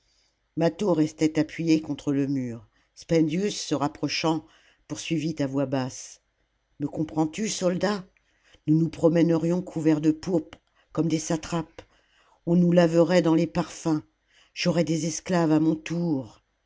mâtho restait appuyé contre le mur spendius se rapprochant poursuivit à voix basse me comprends-tu soldat nous nous promènerions couverts de pourpre comme des satrapes on nous laverait dans les parfums j'aurais des esclaves à mon tour